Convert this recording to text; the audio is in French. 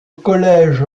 collège